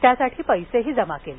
त्यासाठी पैसेही जमा केले